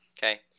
okay